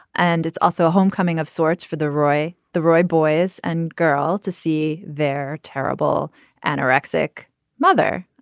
and it's also a homecoming of sorts for the roy the roy boys and girls to see their terrible anorexic mother.